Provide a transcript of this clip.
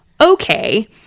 okay